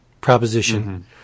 proposition